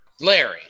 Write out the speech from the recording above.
Larry